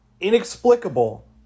inexplicable